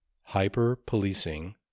hyper-policing